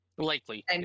likely